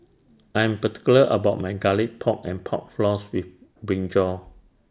I'm particular about My Garlic Pork and Pork Floss with Brinjal